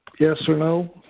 yes or no?